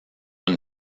une